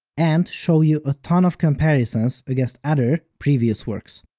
and show you a ton of comparisons against other previous works.